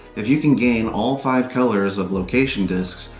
if you can gain all five colors of location discs,